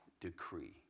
decree